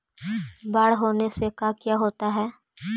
बाढ़ होने से का क्या होता है?